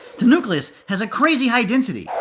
the nucleus has a crazy-high density.